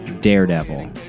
daredevil